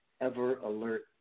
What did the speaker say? ever-alert